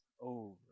over